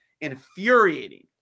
infuriating